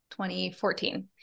2014